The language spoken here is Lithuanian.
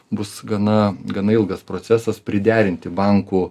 bus gana gana ilgas procesas priderinti bankų